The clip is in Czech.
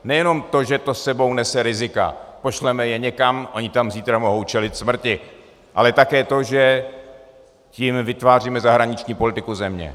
Nejenom to, že to s sebou nese rizika, pošleme je někam, oni tam zítra mohou čelit smrti, ale také to, že tím vytváříme zahraniční politiku země.